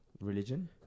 Religion